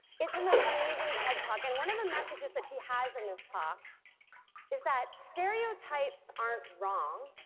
it's an amazing ted talk and one of the messages that she has in this talk is that stereotypes aren't wrong,